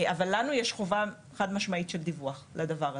אבל לנו יש חובה חד משמעית של דיווח לדבר הזה.